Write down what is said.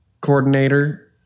coordinator